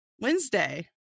Wednesday